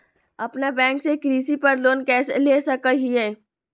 अपना बैंक से कृषि पर लोन कैसे ले सकअ हियई?